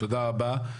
תודה רבה.